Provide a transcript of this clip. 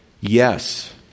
yes